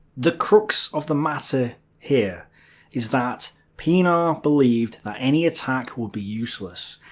the crux of the matter here is that pienaar believed that any attack would be useless,